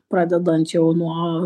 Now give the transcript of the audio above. pradedant jau nuo